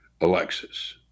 Alexis